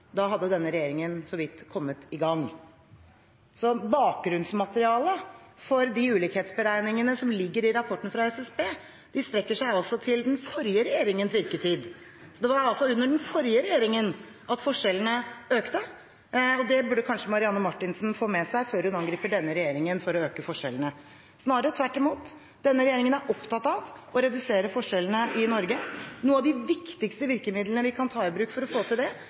Da hadde denne regjeringen så vidt kommet i gang. Så bakgrunnsmaterialet for de ulikhetsberegningene som ligger i rapporten fra SSB, strekker seg til den forrige regjeringens virketid. Så det var altså under den forrige regjeringen at forskjellene økte, og det burde kanskje Marianne Marthinsen få med seg før hun angriper denne regjeringen for å øke forskjellene. Snarere tvert imot: Denne regjeringen er opptatt av å redusere forskjellene i Norge. Noen av de viktigste virkemidlene vi kan ta i bruk for å få til det,